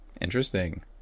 Interesting